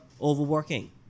overworking